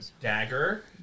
dagger